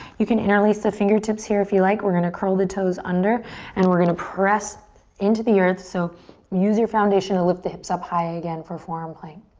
you can interlace the fingertips here, if you like. we're gonna curl the toes under and we're gonna press into the earth. so use your foundation to lift the hips up high again for forearm plank.